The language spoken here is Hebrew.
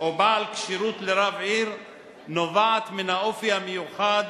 או בעל כשירות לרב עיר נובעת מן האופי המיוחד